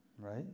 right